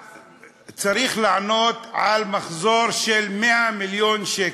עסק קטן צריך לענות על מחזור של 100 מיליון שקל.